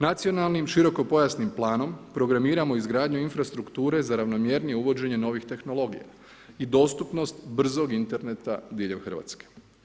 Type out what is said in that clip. Nacionalnim širokopojasnim planom programiramo izgradnju infrastrukture za ravnomjernije uvođenje novih tehnologija i dostupnost brzog interneta diljem Hrvatske.